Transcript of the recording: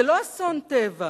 זה לא אסון טבע.